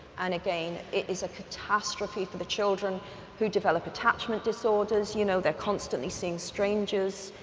and again it is a catastrophe for the children who develop attachment disorders. you know they're constantly seeing strangers.